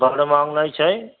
बड महँग नहि छै